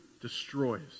destroys